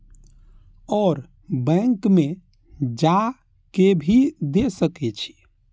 और बैंक में जा के भी दे सके छी?